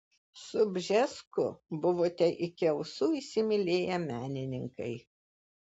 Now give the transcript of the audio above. su bžesku buvote iki ausų įsimylėję menininkai